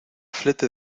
flete